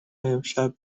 امشب